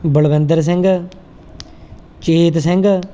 Balwinder Singh Chet Singh